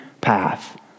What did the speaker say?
path